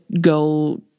go